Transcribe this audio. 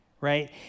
right